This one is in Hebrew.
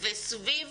וסביב